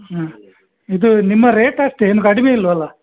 ಹ್ಞೂ ಇದು ನಿಮ್ಮ ರೇಟ್ ಅಷ್ಟೆ ಏನು ಕಡಿಮೆ ಇಲ್ಲವಲ್ಲ